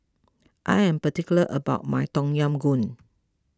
I am particular about my Tom Yam Goong